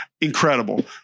Incredible